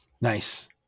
Nice